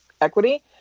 equity